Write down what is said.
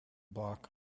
block